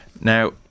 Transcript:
Now